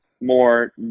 more